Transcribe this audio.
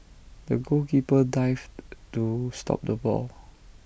the goalkeeper dived to stop the ball